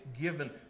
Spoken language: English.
given